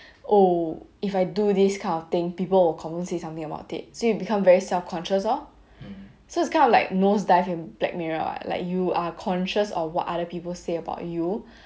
oh if I do this kind of thing people will confirm say something about it so you become very self conscious orh so it's kind of like nose dive in black mirror what like you are conscious of what other people say about you